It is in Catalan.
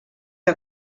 que